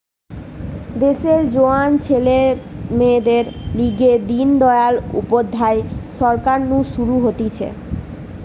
দেশের জোয়ান ছেলে মেয়েদের লিগে দিন দয়াল উপাধ্যায় সরকার নু শুরু হতিছে